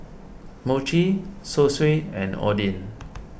Mochi Zosui and Oden